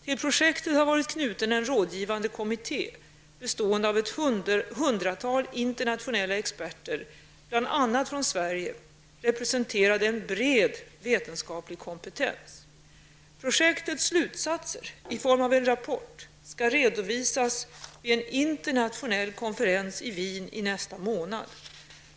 Till projektet har varit knuten en rådgivande kommitté bestående av ett hundratal internationella experter, bl.a. från Sverige, representerande en bred vetenskaplig kompetens. Projektets slutsatser i form av en rapport skall redovisas vid en internationell konferens i Wien i nästa månad.